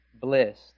Bliss